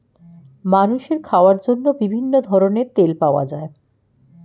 মানুষের খাওয়ার জন্য বিভিন্ন ধরনের তেল পাওয়া যায়